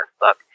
book